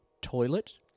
toilet